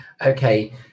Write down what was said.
Okay